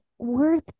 worth